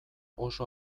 oso